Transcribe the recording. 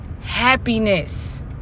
happiness